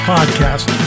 Podcast